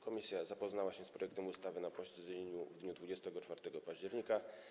Komisja zapoznała się z projektem ustawy na posiedzeniu w dniu 24 października.